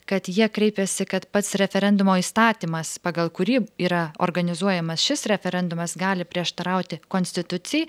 kad jie kreipėsi kad pats referendumo įstatymas pagal kurį yra organizuojamas šis referendumas gali prieštarauti konstitucijai